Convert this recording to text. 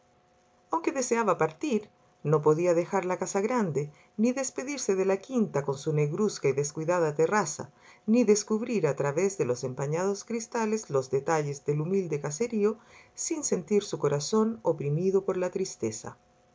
bienvenida aunque deseaba partir no podía dejar la casa grande ni despedirse de la quinta con su negruzca y descuidada terraza ni descubrir a través de los empañados cristales los detalles del humilde caserío sin sentir su corazón oprimido por la tristeza